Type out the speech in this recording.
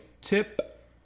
Tip